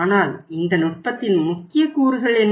ஆனால் இந்த நுட்பத்தின் முக்கிய கூறுகள் என்ன